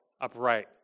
upright